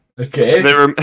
Okay